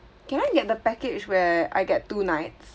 can I get the package where I get two nights